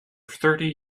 thirty